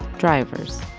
drivers.